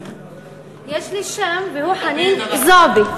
יש לי שם והוא חנין זועְבי.